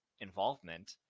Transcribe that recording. involvement